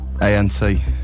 A-N-C